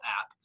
app